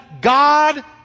God